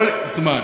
כל זמן